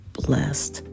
blessed